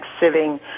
sitting